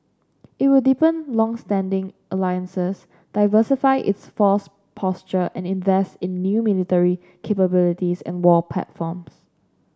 it will deepen long standing alliances diversify its force posture and invest in new military capabilities and war platforms